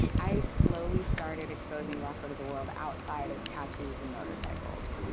i slowly started exposing rocco to the world outside of tattoos and motorcycles.